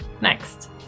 next